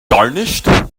garnished